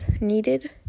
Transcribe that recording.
needed